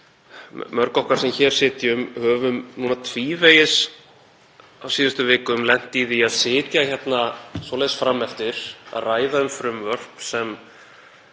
mörg okkar sem hér sitjum höfum núna tvívegis á síðustu vikum lent í því að sitja hérna svoleiðis fram eftir að ræða um frumvörp sem